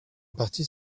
partie